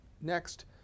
next